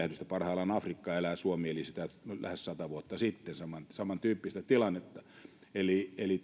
tätä väestöräjähdystä parhaillaan afrikka elää ja suomi eli lähes sata vuotta sitten saman tyyppistä tilannetta eli eli